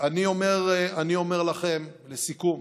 אני אומר לכם לסיכום,